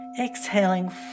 exhaling